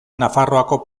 nafarroako